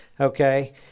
Okay